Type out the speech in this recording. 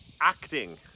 acting